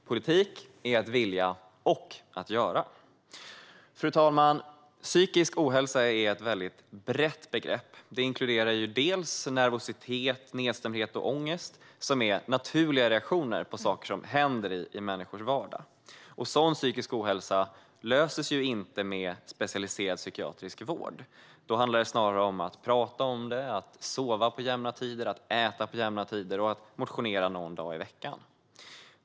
Politik är att vilja och att göra. Fru talman! Psykisk ohälsa är ett väldigt brett begrepp. Det inkluderar å ena sidan nervositet, nedstämdhet och ångest, som är naturliga reaktioner på saker som händer i människors vardag. Sådan psykisk ohälsa löses ju inte med specialiserad psykiatrisk vård. Då handlar det snarare om att prata om det, att sova på jämna tider, att äta på jämna tider och att motionera någon dag i veckan.